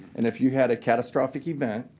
and if you had a catastrophic event,